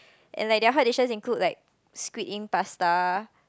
and like their hot dishes include like squid ink pasta